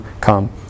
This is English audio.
come